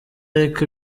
ariko